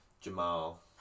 Jamal